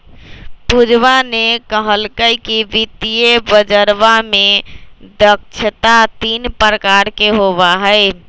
पूजवा ने कहल कई कि वित्तीय बजरवा में दक्षता तीन प्रकार के होबा हई